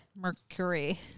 Mercury